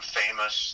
famous